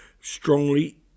strongly